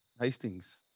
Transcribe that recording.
Hastings